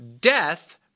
death